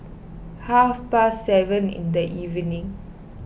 half past seven in the evening